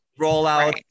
rollout